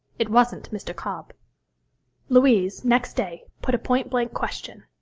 it wasn't mr. cobb louise, next day, put a point-blank question.